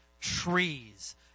trees